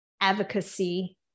advocacy